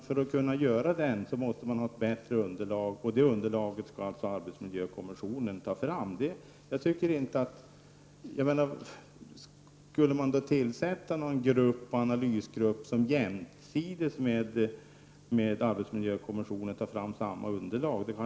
För att göra en sådan måste man ha ett bättre underlag, och det underlaget skall arbetsmiljökommissionen ta fram. Det skulle inte vara särskilt rationellt att tillsätta en analysgrupp, som jämsides med arbetsmiljökommissionen skulle ta fram samma underlag.